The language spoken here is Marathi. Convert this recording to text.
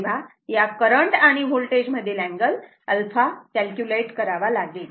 तेव्हा या करंट आणि होल्टेज मधील अँगल 𝜶 कॅल्क्युलेट करावा लागेल